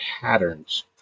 patterns